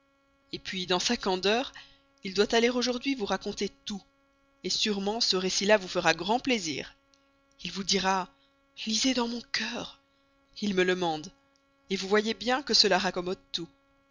et puis dans sa candeur il doit aller chez vous aujourd'hui vous raconter tout sûrement ce récit là vous fera grand plaisir il doit vous dire lisez dans mon cœur il me le mande vous voyez bien que cela raccommode tout